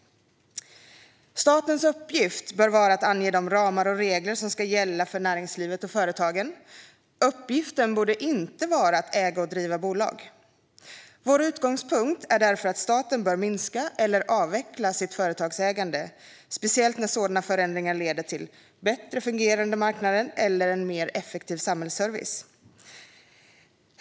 Statens uppgift bör vara att ange de ramar och regler som ska gälla för näringslivet och företagen. Uppgiften bör inte vara att äga och driva bolag. Vår utgångspunkt är därför att staten bör minska eller avveckla sitt företagsägande, speciellt när sådana förändringar leder till bättre fungerande marknader eller en mer effektiv samhällsservice.